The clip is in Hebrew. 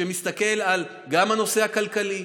שמסתכל גם על הנושא הכלכלי.